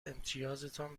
امتیازتان